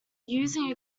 using